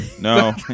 no